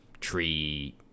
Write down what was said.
tree